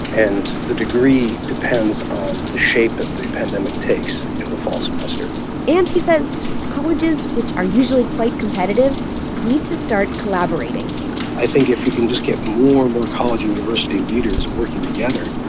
and the degree depends on the shape that the pandemic takes in the fall semester and he says colleges which are usually quite competitive need to start collaborating i think if we can just get more and more college and university leaders working together,